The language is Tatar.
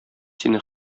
сине